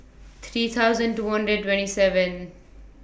three thousand two hundred twenty seven